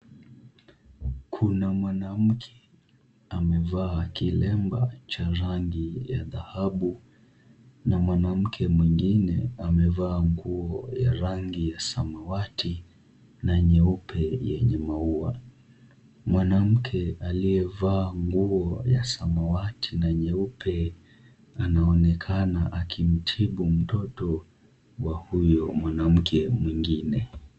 Kuna mwanamke amevaa kilemba cha rangi ya dhahabu, na mwanamke mwingine amevaa nguo ya rangi ya samawati na nyeupe yenye maua, mwanamke aliyevaa nguo ya samawati na nyeupe anaonekana akimtibu mtoto wa huyo mwanamke mwingine .